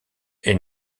est